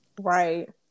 right